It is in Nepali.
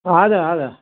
हजुर हजुर